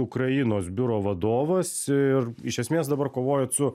ukrainos biuro vadovas ir iš esmės dabar kovojat su